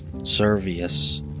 Servius